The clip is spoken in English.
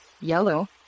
yellow